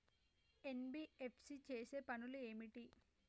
NBFC చేసే పనులు ఏమిటి?